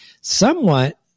somewhat